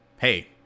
Hey